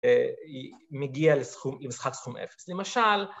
מגיע עם משחק סכום אפס, למשל